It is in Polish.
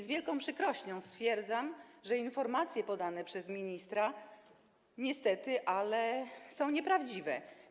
Z wielką przykrością stwierdzam, że informacje podane przez ministra niestety są nieprawdziwe.